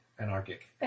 Anarchic